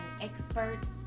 experts